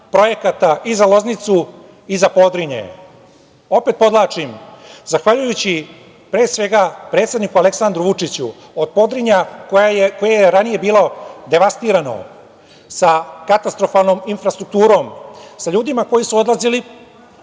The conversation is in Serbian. i za Loznicu i za Podrinje. Opet podvlačim, zahvaljujući, pre svega predsedniku Aleksandru Vučiću, od Podrinja koje je ranije bilo devastirano, sa katastrofalnom infrastrukturom, sa ljudima koji su odlazili